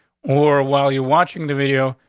or while you're watching the video,